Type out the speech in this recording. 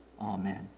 amen